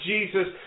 Jesus